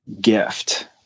gift